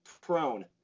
prone